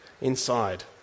inside